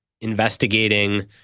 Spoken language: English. investigating